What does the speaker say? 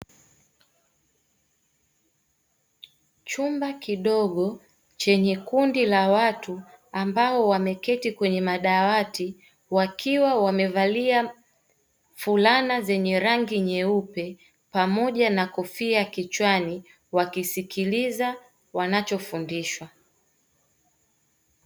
Chumba kidogo chenye kundi la watu ambao wameketi kwenye madawati wakiwa wamevalia fulana zenye rangi nyeupe, pamoja na kofia kichwani wakisikiliza wanachofundishwa.